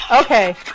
Okay